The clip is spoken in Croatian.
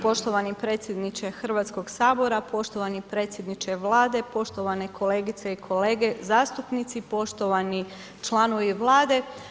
Poštovani predsjedniče Hrvatskog sabora, poštovani predsjedniče Vlade, poštovane kolegice i kolege zastupnici, poštovani članovi Vlade.